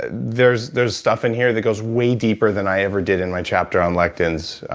ah there's there's stuff in here that goes way deeper than i ever did in my chapter on lectins.